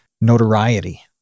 notoriety